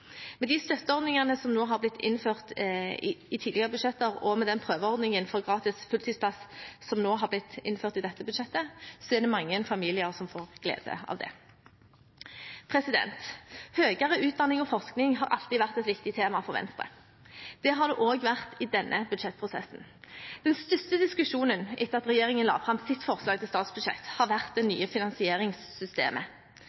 Med de støtteordningene som har blitt innført i tidligere budsjetter, og med den prøveordningen for gratis fulltidsplass som har blitt innført i dette budsjettet, er det mange familier som får glede av det. Høyere utdanning og forskning har alltid vært et viktig tema for Venstre. Det har det også vært i denne budsjettprosessen. Den største diskusjonen etter at regjeringen la fram sitt forslag til statsbudsjett, har vært det